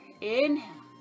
Inhale